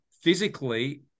physically